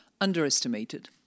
underestimated